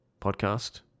podcast